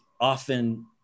often